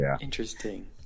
Interesting